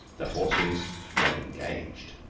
the forces were engaged.